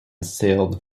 sailed